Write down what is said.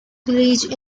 village